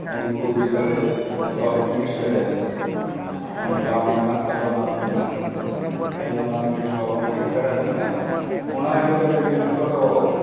ᱩᱱᱠᱩ ᱤᱫᱤ ᱠᱟᱛᱮᱫ ᱡᱚᱛᱚᱣᱟᱜ ᱡᱚᱛᱚᱣᱟᱜ ᱡᱤᱱᱤᱥ ᱜᱮ ᱚᱱᱟ ᱞᱟᱵᱽ ᱢᱮᱱᱟᱜ ᱛᱟᱵᱚᱱᱟ ᱢᱮᱱᱠᱷᱟᱱ ᱛᱮᱦᱮᱧ ᱚᱲᱟ ᱡᱤᱱᱤᱥ ᱵᱟᱵᱚᱱ ᱩᱭᱦᱟᱹᱨ ᱫᱟᱲᱮᱭᱟᱜ ᱠᱟᱱᱟ ᱚᱱᱟ ᱤᱫᱤ ᱠᱟᱛᱮᱫ ᱜᱮ ᱱᱤᱛᱚᱜ ᱫᱚ